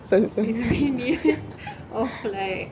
sorry sorry sorry